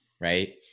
Right